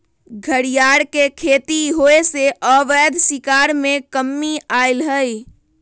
घरियार के खेती होयसे अवैध शिकार में कम्मि अलइ ह